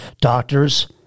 doctors